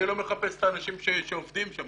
אני לא מחפש את האנשים שעובדים שם,